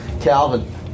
Calvin